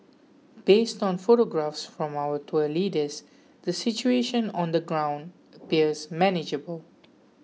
based on photographs from our tour leaders the situation on the ground appears manageable